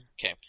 Okay